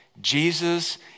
Jesus